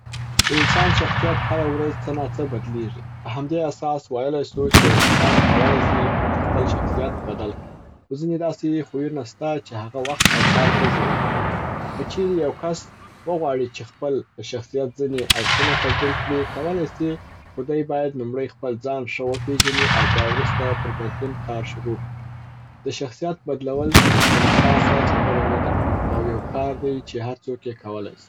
د انسان شخصیت هره ورځ څه ناڅه بدلیږي. په همدې اساس ویلای سو چې یو انسان کولای سي چې خپل شخصیت بدل کړي، خو ځیني داسي خویونه سته چې هغه وخت او کار ته ضرورت لري. که چیري یو کس وغواړي چې خپل د شخصیت ځیني اړخونه تبدیل کړي، کولای سي خو دی باید لوموړی خپل ځان ښه و پیژني او بیا ورسته پر بدلون کار شروع کړي. د شخصیت بدلول کم خاصه خبره نه ده او یو کار دی چي هر څوک یې کولای سي